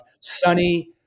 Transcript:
Sunny